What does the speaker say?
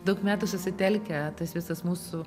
daug metų susitelkę tas visas mūsų